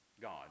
God